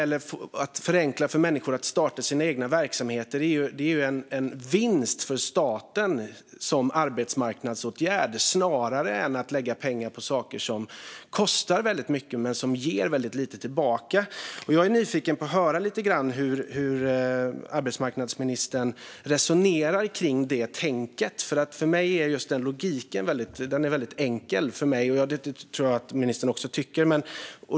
Att förenkla för människor att starta egna verksamheter snarare än att lägga pengar på arbetsmarknadsåtgärder som kostar väldigt mycket men ger väldigt lite tillbaka är en vinst för staten. Jag är nyfiken på att höra hur arbetsmarknadsministern resonerar kring detta. För mig är den logiken väldigt enkel, och jag tror att ministern tycker detsamma.